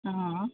অঁ